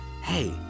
Hey